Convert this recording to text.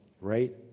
right